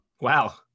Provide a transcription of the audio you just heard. Wow